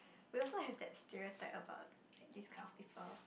we also have that stereotype about this kind of people